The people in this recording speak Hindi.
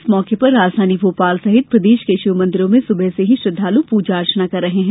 इस मौके पर राजधानी भोपाल सहित प्रदेश के शिवमंदिरों में सुबह से श्रद्धालु पूजा अर्चना कर रहे हैं